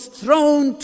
thrown